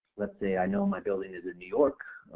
let's say i know my building is in new york,